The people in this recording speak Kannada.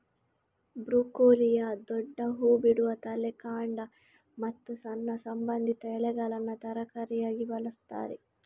ಬ್ರೊಕೊಲಿಯ ದೊಡ್ಡ ಹೂ ಬಿಡುವ ತಲೆ, ಕಾಂಡ ಮತ್ತು ಸಣ್ಣ ಸಂಬಂಧಿತ ಎಲೆಗಳನ್ನ ತರಕಾರಿಯಾಗಿ ಬಳಸ್ತಾರೆ